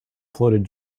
floated